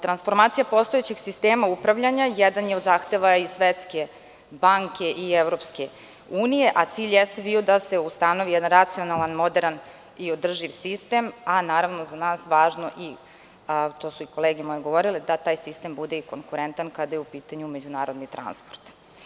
Transformacija postojećeg sistema upravljanja jedan je od zahteva i Svetske banke i EU, a cilj jeste bio da se ustanovi jedan racionalan, moderan i održiv sistem, a naravno za je nas važno, i to su i moje kolege govorile, da taj sistem bude i konkurentan, kada je u pitanju međunarodni transport.